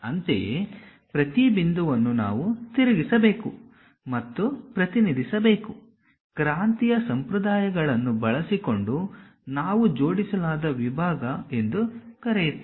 ಅಂತೆಯೇ ಪ್ರತಿ ಬಿಂದುವನ್ನು ನಾವು ತಿರುಗಿಸಬೇಕು ಮತ್ತು ಪ್ರತಿನಿಧಿಸಬೇಕು ಕ್ರಾಂತಿಯ ಸಂಪ್ರದಾಯಗಳನ್ನು ಬಳಸಿಕೊಂಡು ನಾವು ಜೋಡಿಸಲಾದ ವಿಭಾಗ ಎಂದು ಕರೆಯುತ್ತೇವೆ